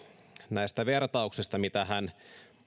näistä vertauksista joita hän